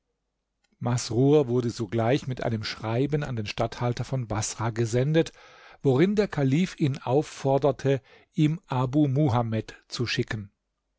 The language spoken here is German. masrur wurde sogleich mit einem schreiben an den statthalter von baßrah gesendet worin der kalif ihn aufforderte ihm abu muhamed zu schicken